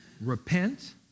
Repent